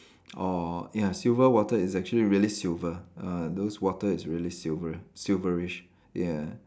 or ya silver water is actually really silver uh those water is really silver silver-ish yeah